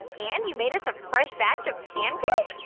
and you made us a fresh batch of pancakes?